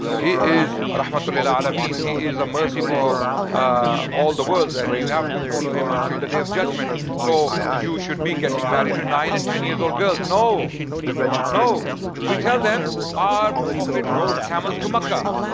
he is rahmatu l-'alameen. he is a mercy for all the worlds and you have to follow him until the day of judgement so you should be getting married to nine and ten years old girls. no no, because we tell them our prophet rode camels to makkah.